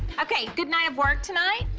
okay, good night of work tonight.